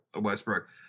Westbrook